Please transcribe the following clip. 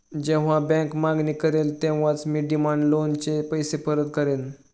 जेव्हा बँक मागणी करेल तेव्हाच मी डिमांड लोनचे पैसे परत करेन